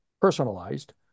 personalized